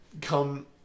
Come